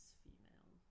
female